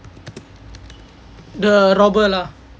the robber lah